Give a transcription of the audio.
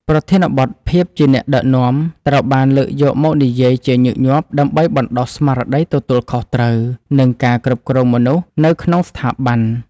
ប្រធានបទ ភាពជាអ្នកដឹកនាំ ត្រូវបានលើកយកមកនិយាយជាញឹកញាប់ ដើម្បីបណ្ដុះស្មារតីទទួលខុសត្រូវ និងការគ្រប់គ្រងមនុស្សនៅក្នុងស្ថាប័ន។